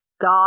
God